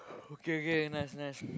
okay okay nice nice